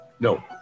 No